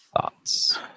thoughts